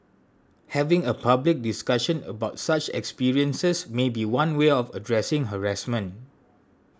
having a public discussion about such experiences may be one way of addressing harassment